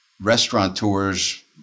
restaurateurs